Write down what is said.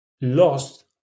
lost